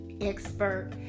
expert